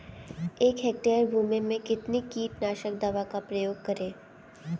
एक हेक्टेयर भूमि में कितनी कीटनाशक दवा का प्रयोग करें?